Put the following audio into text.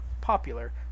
popular